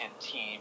team